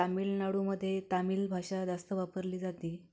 तामीलनाडूमध्ये तामील भाषा जास्त वापरली जाते